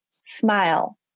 smile